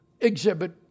exhibit